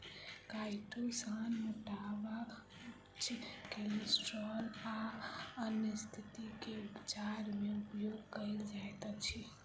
chitosan मोटापा उच्च cholesterol आ अन्य स्तिथि के उपचार मे उपयोग कायल जाइत अछि